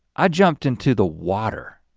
i jumped into the water